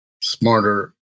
smarter